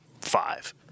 five